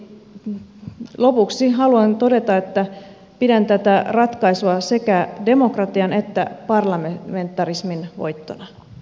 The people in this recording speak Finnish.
eli lopuksi haluan todeta että pidän tätä ratkaisua sekä demokratian että parlamentarismin voittona